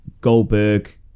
Goldberg